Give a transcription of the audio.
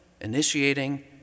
initiating